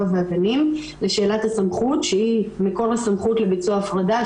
והגנים לשאלת הסמכות שהיא מקור הסמכות לביצוע הפרדה,